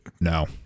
no